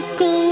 go